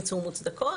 מוצדקות.